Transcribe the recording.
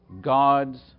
God's